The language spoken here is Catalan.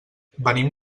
venim